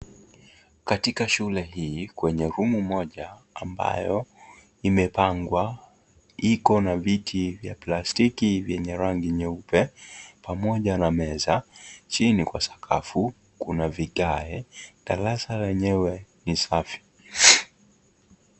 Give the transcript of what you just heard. Katika shule hii kwenye room moja ambayo imepangwa. Iko na viti vya plastiki vyinye rangi nyeupe pamoja na meza. Chini kwa sakafu kuna vigae. Darasa lenyewe ni safi.